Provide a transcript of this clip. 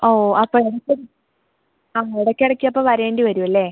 ഓ അപ്പോള് ഇടയ്ക്ക് ആ ഇടയ്കിടയ്ക്ക് അപ്പോള് വരേണ്ടിവരും അല്ലേ